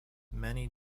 many